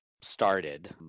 started